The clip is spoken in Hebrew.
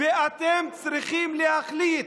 ואתם צריכים להחליט: